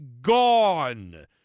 gone